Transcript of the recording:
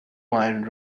wine